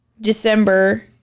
December